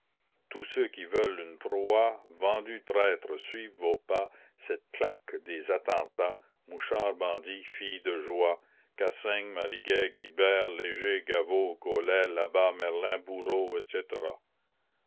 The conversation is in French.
tous ceux qui veulent une proie vendus traîtres suivent vos pas cette claque des attentats mouchards bandits filles de joie cassaigne mariguet guilbert léger gaveau gaulet labat merlin bourreau etc